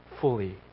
fully